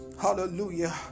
Hallelujah